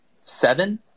seven